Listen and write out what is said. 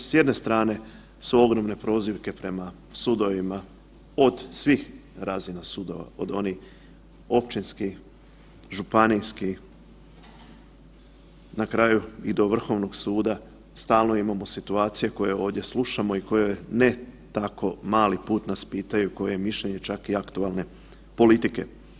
S jedne strane su ogromne prozivke prema sudovima od svih razina sudova, od onih općinskih, županijskih na kraju i do Vrhovnog suda stalno imamo situacije koje ovdje slušamo i koje ne tako mali put nas pitaju koje je mišljenje čak i aktualne politike.